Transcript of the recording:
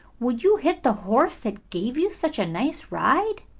would you hit the horse that gave you such a nice ride?